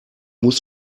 muss